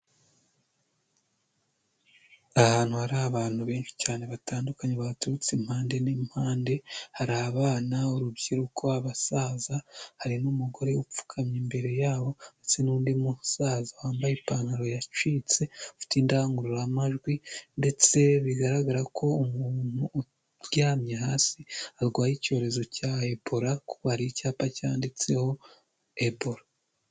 Ahantu hari abantu benshi cyane batandukanye baturutse impande n'impande hari abana, urubyiruko, abasaza, hari n'umugore upfukamye imbere yabo ndetse n'undi musaza wambaye ipantaro yacitse ufite indangururamajwi ndetse bigaragara ko umuntu uryamye hasi arwaye icyorezo cya ebola kuko hari icyapa cyanditseho ebola.